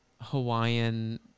Hawaiian